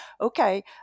okay